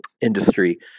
industry